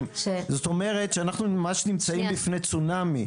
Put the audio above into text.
אני מדבר גם על 2020. זאת אומרת שאנחנו ממש נמצאים בפני צונאמי.